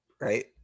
Right